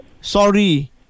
Sorry